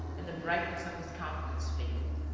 and the brightness of his countenance faded.